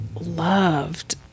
loved